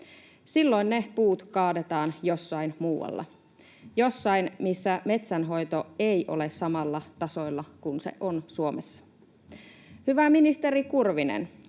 Silloin ne puut kaadetaan jossain muualla — jossain, missä metsänhoito ei ole samalla tasolla kuin se on Suomessa. Hyvä ministeri Kurvinen,